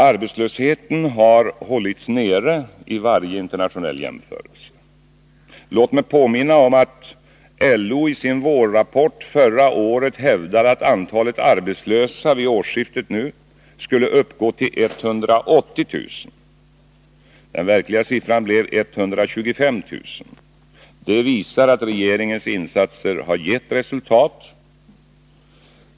Arbetslösheten har hållits nere. Låt mig påminna om att LO i sin vårrapport förra året hävdade att antalet arbetslösa vid årsskiftet skulle uppgå till 180 000. Den verkliga siffran blev 125 000. Det visar att regeringens insatser gett resultat.